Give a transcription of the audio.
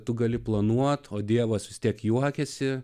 tu gali planuoti o dievas vis tiek juokiasi